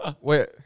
wait